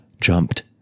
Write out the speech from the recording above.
jumped